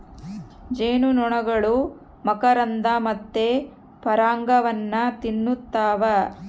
ಜೇನುನೊಣಗಳು ಮಕರಂದ ಮತ್ತೆ ಪರಾಗವನ್ನ ತಿನ್ನುತ್ತವ